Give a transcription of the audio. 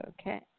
Okay